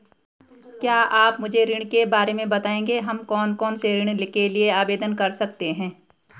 क्या आप मुझे ऋण के बारे में बताएँगे हम कौन कौनसे ऋण के लिए आवेदन कर सकते हैं?